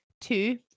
Two